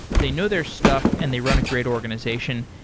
they know their stuff and they run a great organization.